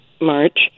March